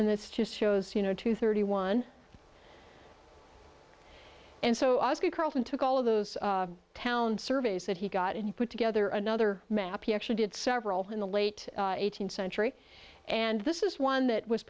that's just shows you know two thirty one and so i ask you carlton took all of those town surveys that he got and you put together another map he actually did several in the late eighteenth century and this is one that was